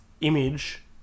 image